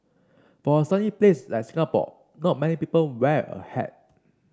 for a sunny place like Singapore not many people wear a hat